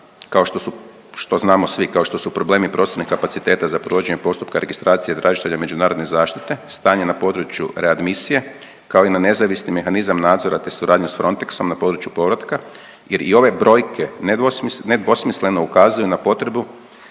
kao što su problemi prostornih kapaciteta za provođenje postupka registracije tražitelja međunarodne zaštite, stanje na području …/Govornik se ne razumije./… misije kao i na nezavisni mehanizam nadzora te suradnju sa FRONTEX-om na području povratka jer i ove brojke nedvosmisleno ukazuju na potrebu